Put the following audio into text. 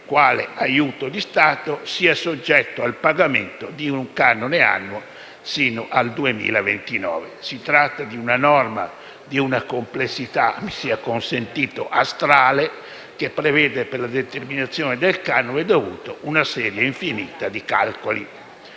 quale "aiuto di Stato", sia soggetto al pagamento di un canone annuo sino al 2029. Si tratta di una norma di una complessità - mi sia consentito - astrale che prevede, per la determinazione del canone dovuto una serie infinita di calcoli.